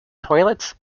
toilets